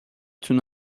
تون